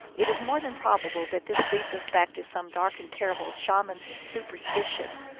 it is more than probable that this leads us back to some dark and terrible shaman superstition,